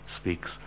speaks